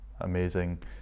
amazing